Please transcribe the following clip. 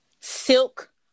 silk